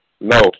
No